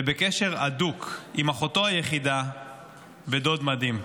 ובקשר הדוק עם אחותו היחידה ודוד מדהים.